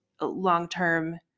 long-term